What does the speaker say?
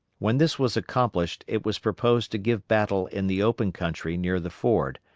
when this was accomplished it was proposed to give battle in the open country near the ford,